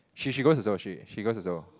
she she goes also she she goes also